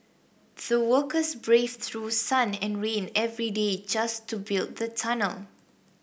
the workers braved through sun and rain every day just to build the tunnel